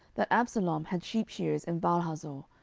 that absalom had sheepshearers in baalhazor,